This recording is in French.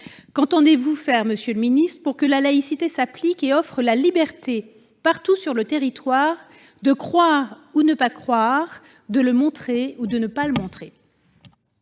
Qu'entendez-vous faire pour que la laïcité s'applique et offre la liberté, partout sur le territoire, de croire ou ne pas croire, de le montrer ou de ne pas le montrer ?